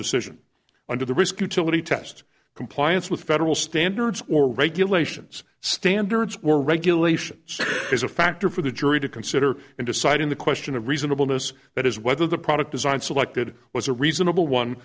decision under the risk utility test compliance with federal standards or regulations standards or regulations is a factor for the jury to consider in deciding the question of reasonableness that is whether the product design selected was a reasonable one